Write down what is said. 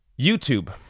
YouTube